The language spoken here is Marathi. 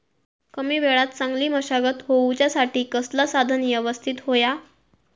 कमी वेळात चांगली मशागत होऊच्यासाठी कसला साधन यवस्तित होया?